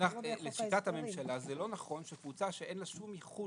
לשיטת הממשלה זה לא נכון שקבוצה שאין לה שום ייחוד